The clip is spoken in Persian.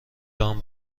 جان